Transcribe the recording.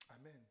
Amen